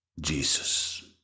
Jesus